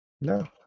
No